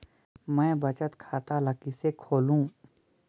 मैं बचत खाता ल किसे खोलूं?